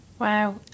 Wow